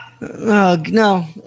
No